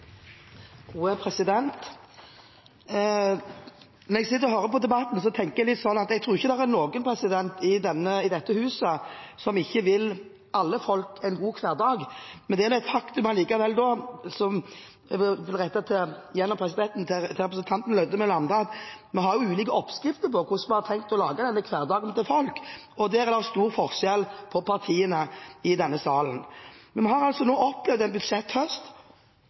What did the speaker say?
Når jeg sitter og hører på debatten, tenker jeg at jeg tror ikke det er noen i dette huset som ikke ønsker alle folk en god hverdag. Men det er likevel et faktum, rettet til representanten Lødemel og andre gjennom presidenten, at vi har ulike oppskrifter for hvordan vi har tenkt å lage denne hverdagen til folk, og der er det stor forskjell på partiene i denne sal. Vi har opplevd en budsjetthøst som har